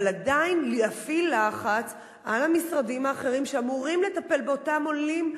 אבל עדיין להפעיל לחץ על המשרדים האחרים שאמורים לטפל באותם עולים,